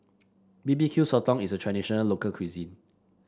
B B Q Sotong is a traditional local cuisine